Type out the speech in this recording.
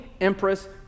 empress